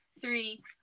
three